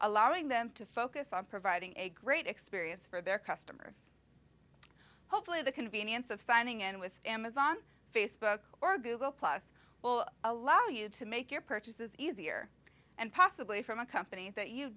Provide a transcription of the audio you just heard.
allowing them to focus on providing a great experience for their customers hopefully the convenience of signing in with amazon facebook or google plus will allow you to make your purchases easier and possibly from a company that you